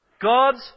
God's